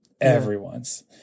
Everyone's